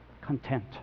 Content